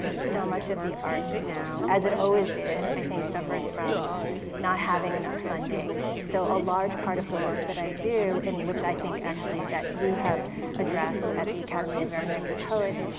so much of the arts now, as it always did, i think, suffers from not having enough funding. so a large part of the work that i do, and which i think actually that you have addressed at the academy of american poets,